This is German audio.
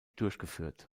durchgeführt